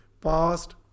past